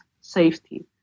safety